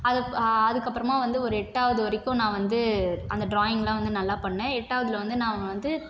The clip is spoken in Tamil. அதை அதுக்கப்புறமா வந்து ஒரு எட்டாவது வரைக்கும் நான் வந்து அந்த ட்ராயிங்லாம் வந்து நல்லா பண்ணேன் எட்டாவதில் வந்து நான் வந்து